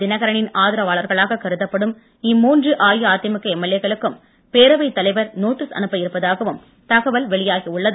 தினகரனின் ஆதரவாளர்களாக கருதப்படும் இம்மூன்று அஇஅதிமுக எம்எல்ஏ க்களுக்கும் பேரவைத் தலைவர் நோட்டீஸ் அனுப்ப இருப்பதாகவும் தகவல் வெளியாகி உள்ளது